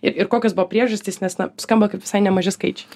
ir kokios buvo priežastys nes na skamba kaip visai nemaži skaičiai